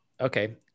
Okay